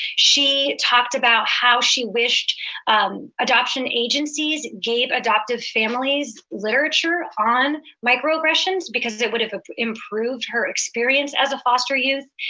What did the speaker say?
she talked about how she wished adoption agencies gave adoptive families literature on microaggressions, because it would have improved her experience as a foster youth.